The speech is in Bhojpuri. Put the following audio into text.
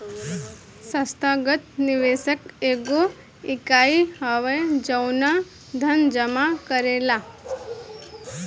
संस्थागत निवेशक एगो इकाई ह जवन धन जामा करेला